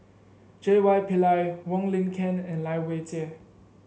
J Y Pillay Wong Lin Ken and Lai Weijie